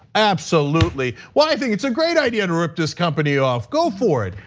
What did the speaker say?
absolutely, why i think it's a great idea to rip this company off. go for it.